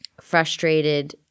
frustrated